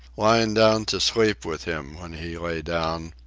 lying down to sleep with him when he lay down,